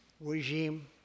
regime